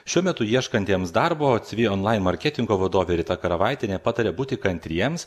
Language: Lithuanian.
šiuo metu ieškantiems darbo cv online marketingo vadovė rita karavaitienė pataria būti kantriems